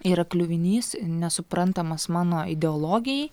yra kliuvinys nesuprantamas mano ideologijai